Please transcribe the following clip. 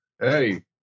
Hey